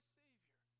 savior